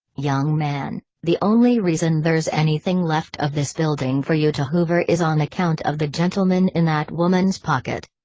young man, the only reason there's anything left of this building for you to hoover is on account of the gentleman in that woman's pocket.